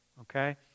okay